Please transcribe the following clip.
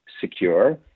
secure